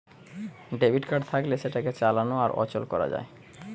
debit card থাকলে সেটাকে চালানো আর অচল করা যায়